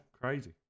crazy